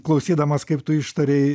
klausydamas kaip tu ištarei